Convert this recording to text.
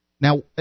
Now